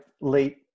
late